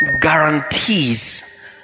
guarantees